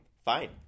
Fine